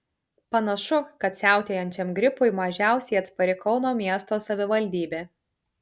panašu kad siautėjančiam gripui mažiausiai atspari kauno miesto savivaldybė